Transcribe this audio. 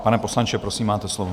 Pane poslanče, prosím, máte slovo.